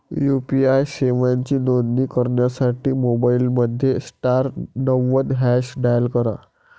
UPI सेवांची नोंदणी करण्यासाठी मोबाईलमध्ये स्टार नव्वद हॅच डायल करा